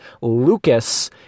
Lucas